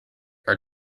are